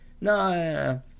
No